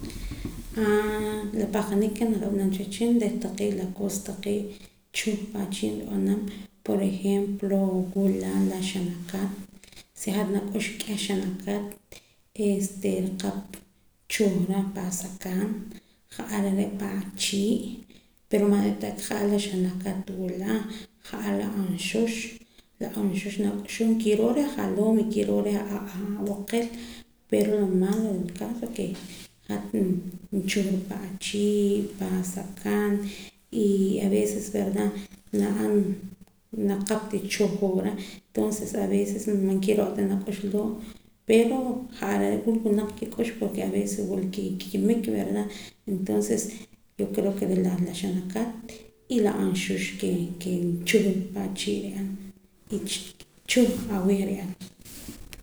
Aa la pahqanik ke nab'anam cha wehchin reh taqee' la cosa pna achii' nrib'anam por ejemplo wula la xanakat si hat nak'ux k'ieh xanakat este nriqap nchuhra pan asakan ja'ar are' pan achii' pero man re'ta ka re' aka ja'ar al xanakat wula ja'ar la aanxux la anxux nak'uxum kiroo reh ajaloom y kiroo reh ab'aqel pero lo malo del caso ke hat nchuhra pna achii' pan asakan y aveces verdad na'an naqap tichuhra entonces aveces man kiro'ta nak'ux loo' pero ja'ar are' wula winaq nkik'ux porke aveces wula kikimik verdad entonces yo creo ke re' la xanakat y la aanxus ke ke nchuh pan chii' nri'an y chuh awiij nri'an